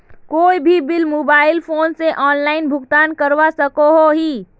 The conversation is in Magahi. कोई भी बिल मोबाईल फोन से ऑनलाइन भुगतान करवा सकोहो ही?